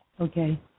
Okay